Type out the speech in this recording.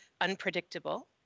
unpredictable